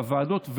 בוועדות,